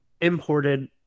imported